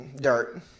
dirt